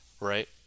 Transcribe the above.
right